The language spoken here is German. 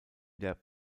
der